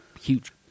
huge